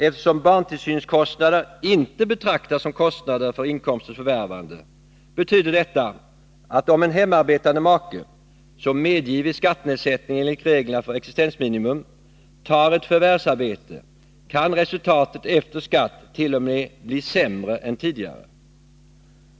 Eftersom barntillsynskostnader inte betraktas som kostnader för inkomsters förvärvande betyder detta att om en hemarbetande make, som medgivits skattenedsättning enligt reglerna för existensminimum, tar ett förvärvsarbete kan resultatet efter skatt t.o.m. bli sämre än tidigare.